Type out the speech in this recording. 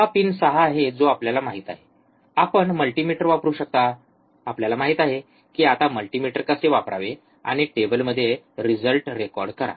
हा पिन 6 आहे जो आपल्याला माहित आहे आपण मल्टीमीटर वापरू शकता आपल्याला माहित आहे की आता मल्टीमीटर कसे वापरावे आणि टेबलमध्ये रिजल्ट रेकॉर्ड करा